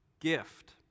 gift